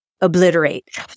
obliterate